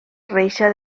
reixa